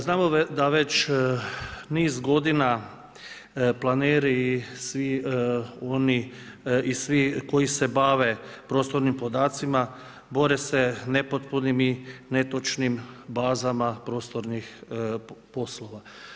Znamo da već niz godina planeri i svi koji se bave prostornim podacima bore se nepotpunim i netočnim bazama prostornih poslova.